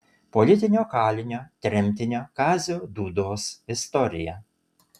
politinio kalinio tremtinio kazio dūdos istorija